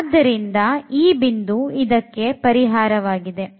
ಆದ್ದರಿಂದ ಈ ಬಿಂದು ಇದಕ್ಕೆ ಪರಿಹಾರವಾಗಿದೆ